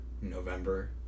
November